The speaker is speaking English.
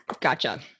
Gotcha